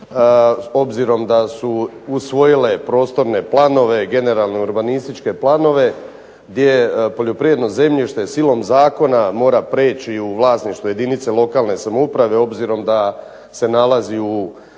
obzirom da su usvojile prostorne planove, generalne urbanističke planove gdje poljoprivredno zemljište silom zakona mora prijeći u vlasništvo jedinice lokalne samouprave obzirom da se nalazi sada